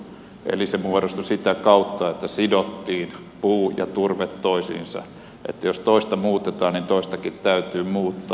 eli se muodostui sitä kautta että sidottiin puu ja turve toisiinsa että jos toista muutetaan niin toistakin täytyy muuttaa